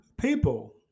People